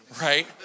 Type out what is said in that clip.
right